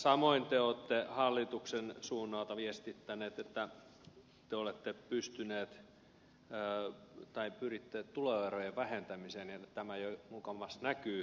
samoin te olette hallituksen suunnalta viestittäneet että te pyritte tuloerojen vähentämiseen ja tämä jo mukamas näkyy